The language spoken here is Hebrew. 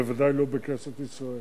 בוודאי לא בכנסת ישראל.